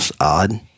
odd